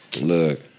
Look